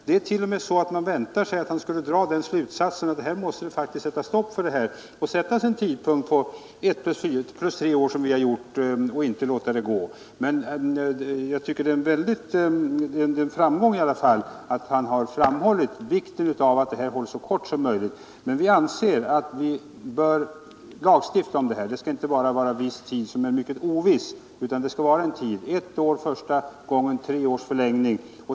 Man väntar sig nästan att han skulle dra slutsatsen att man faktiskt skall sätta stopp för detta och ange en tidslängd av ett plus tre år som vi har gjort. Det är i alla fall en framgång att statsrådet har framhållit vikten av att tidslängden skall bli så kort som möjligt. Men vi anser att det skall lagstiftas om detta. Det skall inte bara vara en tid som är mycket oviss utan en bestämd tid, ett år första gången och tre års förlängning.